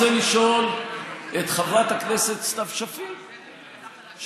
אני רוצה לשאול את חברת הכנסת סתיו שפיר שאלה: